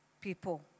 people